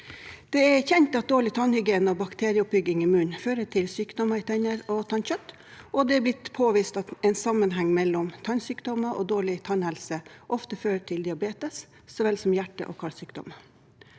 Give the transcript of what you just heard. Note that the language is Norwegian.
Det er kjent at dårlige tannhygiene og bakterieoppbygging i munnen fører til sykdom i tenner og tannkjøtt, og det er blitt påvist at tannsykdommer og dårlig tannhelse ofte fører til diabetes, så vel som hjerte- og karsykdommer.